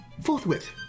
forthwith